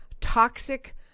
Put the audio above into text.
toxic